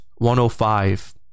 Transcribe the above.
105